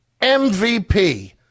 MVP